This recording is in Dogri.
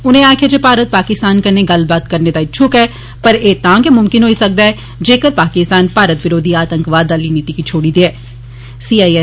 उनें आक्खेआ जे भारत पाकिस्तान कन्नै गल्लबात करने दा इच्छुक ऐ पर एह् तां गै मुमकिन होई सकदा ऐ जेकर पाकिस्तान भारत विरोधी आतंकवाद आली नीति गी छोड़ी देए